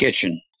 kitchen